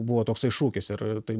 buvo toksai šūkis ir tai